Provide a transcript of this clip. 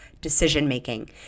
decision-making